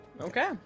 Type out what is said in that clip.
okay